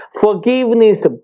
Forgiveness